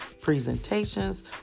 presentations